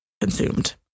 consumed